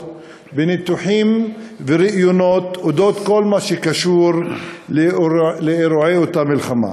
לניתוחים וראיונות על כל מה שקשור לאירועי אותה מלחמה,